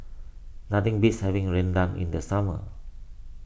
nothing beats having Rendang in the summer